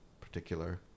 particular